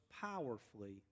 powerfully